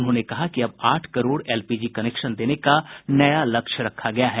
उन्होंने कहा कि अब आठ करोड़ एलपीजी कनेक्शन देने का नया लक्ष्य रखा गया है